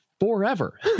forever